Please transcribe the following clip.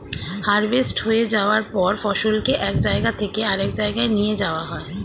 harvest হয়ে যাওয়ার পর ফসলকে এক জায়গা থেকে আরেক জায়গায় নিয়ে যাওয়া হয়